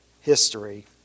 history